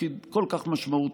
לתפקיד כל כך משמעותי.